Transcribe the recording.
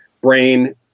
brain